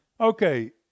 Okay